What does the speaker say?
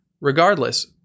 Regardless